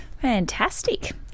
Fantastic